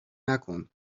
مکن